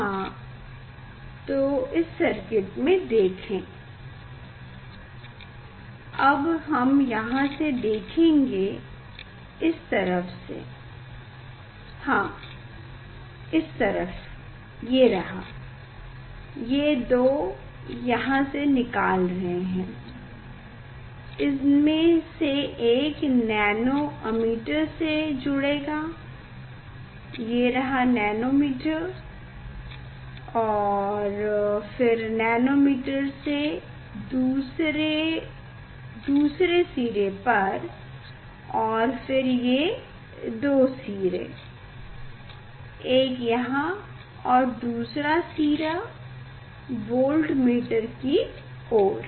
हाँ तो इस सर्किट को देखें अब हम यहाँ से देखें इस तरफ से हाँ इस तरह का ये दो यहाँ से निकाल रहे हैं इनमें से एक नैनो अमिटर से जुड़ेगा ये रहा नैनोमीटर और फिर नैनीमीटर से दूसरे सिरे पर और फिर ये दो सिरे एक यहाँ और दूसरा सिरा वोल्टमीटर की ओर